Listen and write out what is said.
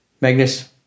Magnus